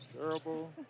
terrible